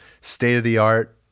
state-of-the-art